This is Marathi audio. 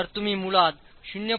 तर तुम्ही मुळात ०